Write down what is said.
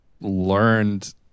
learned